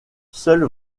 seul